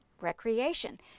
recreation